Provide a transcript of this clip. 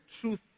truth